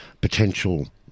potential